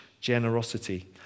generosity